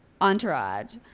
entourage